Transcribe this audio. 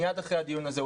מיד אחרי הדיון הזה,